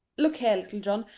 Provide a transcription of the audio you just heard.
look here, little john,